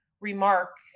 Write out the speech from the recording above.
remark